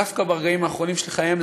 דווקא ברגעים האחרונים של חייהם,